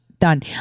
done